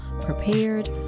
prepared